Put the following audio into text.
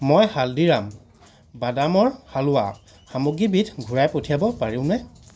মই হালদিৰাম বাদামৰ হালোৱা সামগ্ৰীবিধ ঘূৰাই পঠিয়াব পাৰোঁনে